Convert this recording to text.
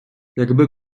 якби